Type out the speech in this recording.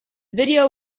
video